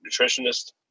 nutritionist